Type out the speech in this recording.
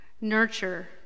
nurture